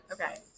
Okay